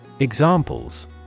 Examples